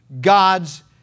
God's